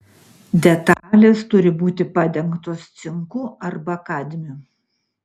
detalės turi būti padengtos cinku arba kadmiu